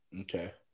Okay